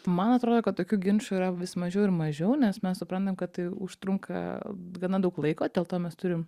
man atrodo kad tokių ginčų yra vis mažiau ir mažiau nes mes suprantam kad tai užtrunka gana daug laiko dėl to mes turim